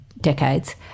decades